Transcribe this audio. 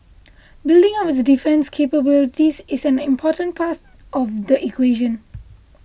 building up its defence capabilities is an important part of the equation